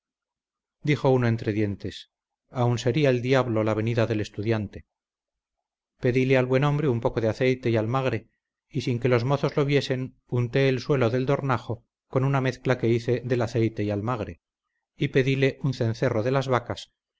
dijo uno entre dientes aun sería el diablo la venida del estudiante pedile al buen hombre un poco de aceite y almagre y sin que los mozos lo viesen unté el suelo del dornajo con una mezcla que hice del aceite y almagre y pedile un cencerro de las vacas